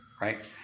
right